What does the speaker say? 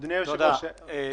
אדוני היושב-ראש,